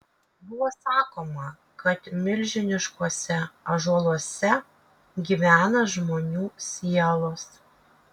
buvo sakoma kad milžiniškuose ąžuoluose gyvena žmonių sielos